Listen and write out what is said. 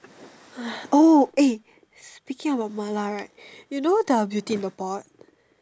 oh eh speaking of mala right you know the beauty in a pot